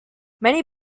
many